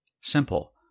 Simple